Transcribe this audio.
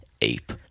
Ape